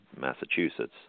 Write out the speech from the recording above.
Massachusetts